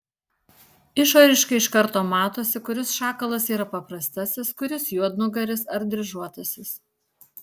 išoriškai iš karto matosi kuris šakalas yra paprastasis kuris juodnugaris ar dryžuotasis